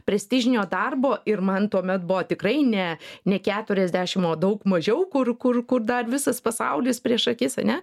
prestižinio darbo ir man tuomet buvo tikrai ne ne keturiasdešim o daug mažiau kur kur kur dar visas pasaulis prieš akis ane